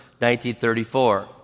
1934